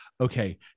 okay